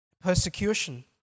persecution